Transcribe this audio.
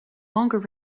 longer